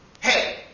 Hey